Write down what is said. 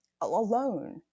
alone